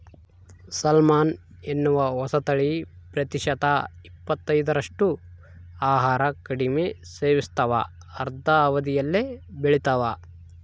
salmon ಎನ್ನುವ ಹೊಸತಳಿ ಪ್ರತಿಶತ ಇಪ್ಪತ್ತೈದರಷ್ಟು ಆಹಾರ ಕಡಿಮೆ ಸೇವಿಸ್ತಾವ ಅರ್ಧ ಅವಧಿಯಲ್ಲೇ ಬೆಳಿತಾವ